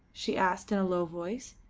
she asked, in a low voice.